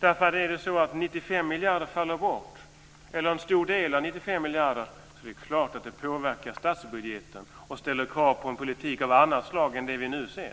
Är det så att 95 miljarder eller en stor del av 95 miljarder faller bort är det klart att det påverkar statsbudgeten och ställer krav på en politik av annat slag än den vi nu ser.